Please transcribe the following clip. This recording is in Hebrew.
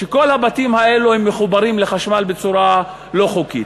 שכל הבתים האלו מחוברים לחשמל בצורה לא חוקית.